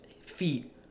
feet